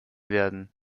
werden